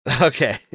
Okay